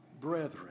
brethren